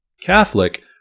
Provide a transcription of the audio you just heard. Catholic